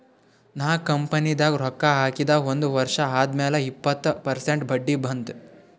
ನಾ ಕಂಪನಿದಾಗ್ ರೊಕ್ಕಾ ಹಾಕಿದ ಒಂದ್ ವರ್ಷ ಆದ್ಮ್ಯಾಲ ಇಪ್ಪತ್ತ ಪರ್ಸೆಂಟ್ ಬಡ್ಡಿ ಬಂತ್